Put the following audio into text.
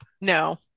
No